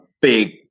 big